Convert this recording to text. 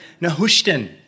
Nehushtan